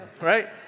right